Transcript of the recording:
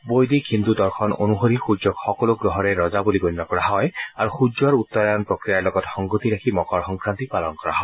বৈদিক হিন্দু দৰ্শন অনুসৰি সূৰ্যক সকলো গ্ৰহৰে ৰজা বুলি গণ্য কৰা হয় আৰু সূৰ্যৰ উত্তৰায়ণ প্ৰক্ৰিয়াৰ লগত সংগতি ৰাখি মকৰ সংক্ৰান্তি পালন কৰা হয়